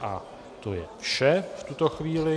A to je vše v tuto chvíli.